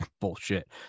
bullshit